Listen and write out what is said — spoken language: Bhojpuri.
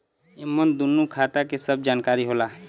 एमन दूनो खाता के सब जानकारी होला